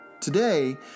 Today